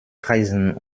kreisen